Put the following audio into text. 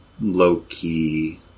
low-key